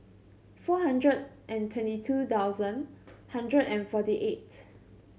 four hundred and twenty two thousand hundred and forty eight